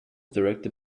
directed